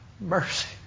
Mercy